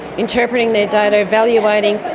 interpreting their data, evaluating,